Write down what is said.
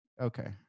Okay